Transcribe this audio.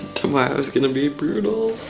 tomorrow's gonna be brutal.